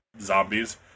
zombies